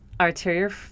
arterial